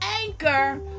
anchor